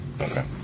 Okay